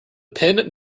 pin